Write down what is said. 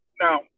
Now